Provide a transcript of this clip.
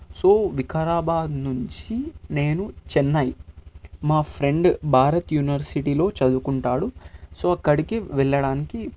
so Vikarabad నుంచి నేను చెన్నై మా ఫ్రెండ్ భారత్ యూనివర్సిటీలో చదువుకుంటాడు సో అక్కడికి వెళ్ళడానికి